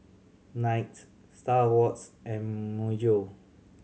Knight Star Awards and Myojo